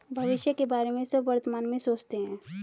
भविष्य के बारे में सब वर्तमान में सोचते हैं